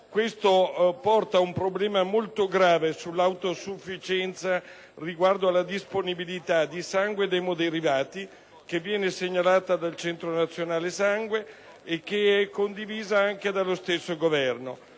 Ciò crea un problema molto grave sull'autosufficienza riguardo alla disponibilità di sangue e di emoderivati, segnalata dal Centro nazionale sangue e condivisa dallo stesso Governo.